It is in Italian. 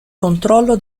controllo